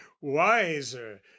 wiser